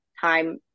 time